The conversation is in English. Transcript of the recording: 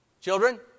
Children